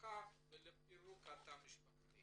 במשפחה ולפירוק התא המשפחתי